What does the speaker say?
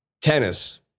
Tennis